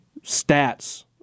stats